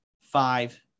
five